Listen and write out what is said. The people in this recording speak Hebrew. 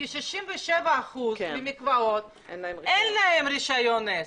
כי ל-67% מהמקוואות אין רישיון עסק.